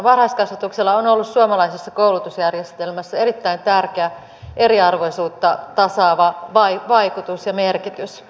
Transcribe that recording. varhaiskasvatuksella on ollut suomalaisessa koulutusjärjestelmässä erittäin tärkeä eriarvoisuutta tasaava vaikutus ja merkitys